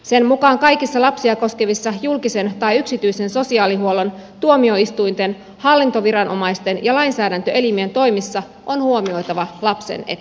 sen mukaan kaikissa lapsia koskevissa julkisen tai yksityisen sosiaalihuollon tuomioistuinten hallintoviranomaisten ja lainsäädäntöelimien toimissa on huomioitava lapsen etu